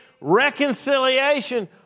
reconciliation